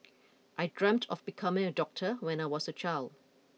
I dreamt of becoming a doctor when I was a child